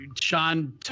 Sean